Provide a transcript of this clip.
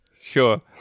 Sure